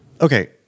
Okay